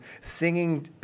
singing